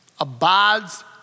abides